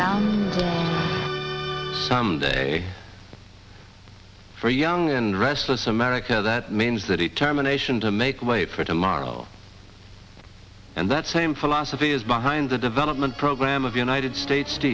down some day for young and restless america that means that it terminations to make way for tomorrow and that same philosophy is behind the development program of united states